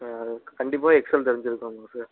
sir கண்டிப்பாக Excel தெரிஞ்சுருக்கணுமா sir